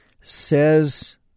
says